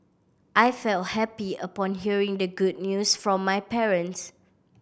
I felt happy upon hearing the good news from my parents